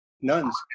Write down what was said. Nuns